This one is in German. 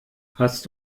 hast